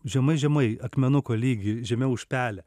žemai žemai akmenuko lygy žemiau už pelę